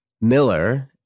Miller